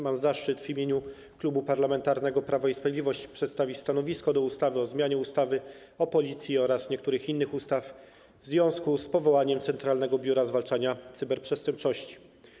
Mam zaszczyt przedstawić w imieniu Klubu Parlamentarnego Prawo i Sprawiedliwość stanowisko wobec projektu ustawy o zmianie ustawy o Policji oraz niektórych innych ustaw w związku z powołaniem Centralnego Biura Zwalczania Cyberprzestępczości.